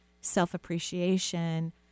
self-appreciation